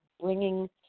bringing